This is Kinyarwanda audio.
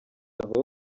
aho